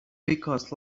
because